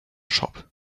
shop